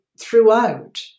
throughout